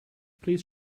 please